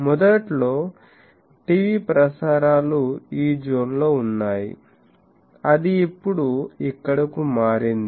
మొదట్లో టీవీ ప్రసారాలు ఈ జోన్లో ఉన్నాయి అది ఇప్పుడు ఇక్కడకు మారింది